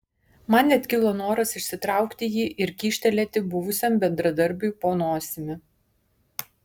man net kilo noras išsitraukti jį ir kyštelėti buvusiam bendradarbiui po nosimi